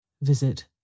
Visit